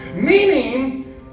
meaning